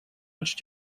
much